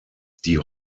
die